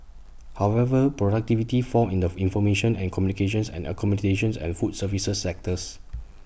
however productivity fell in the information and communications and accommodations and food services sectors